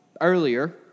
earlier